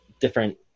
different